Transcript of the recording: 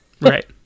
Right